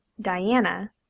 Diana